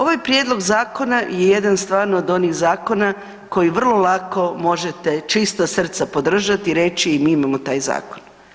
Ovaj prijedlog zakona je jedan stvarno od onih zakona koji vrlo lako možete čista srca podržati i reći i mi imamo taj zakon.